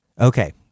okay